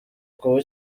kuba